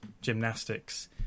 gymnastics